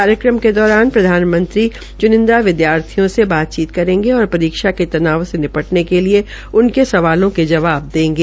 कार्यक्रम के दौरान प्रधानमंत्री च्निंदा विदयार्थियों से बातचीत करेंगे और परीक्षा के तनाव से निपटने के लिए उनके सवालों का जवाब देंगे